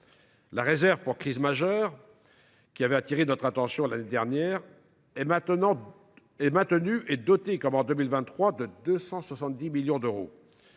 La réserve pour crises majeures, qui avait attiré notre attention l’année dernière, est maintenue et dotée comme en 2023 de 270 millions d’euros.